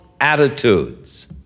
attitudes